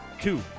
Two